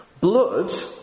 Blood